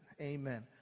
amen